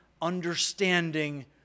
understanding